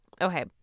okay